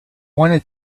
wanted